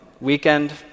Weekend